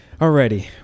Alrighty